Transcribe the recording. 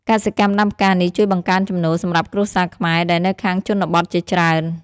កសិកម្មដាំផ្កានេះជួយបង្កើនចំណូលសម្រាប់គ្រួសារខ្មែរដែលនៅខាងជនបទជាច្រើន។